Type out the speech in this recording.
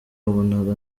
wabonaga